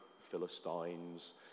Philistines